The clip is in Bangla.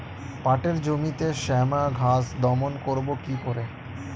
পাটের জমিতে শ্যামা ঘাস দমন করবো কি করে?